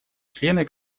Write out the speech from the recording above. члены